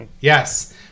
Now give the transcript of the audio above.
yes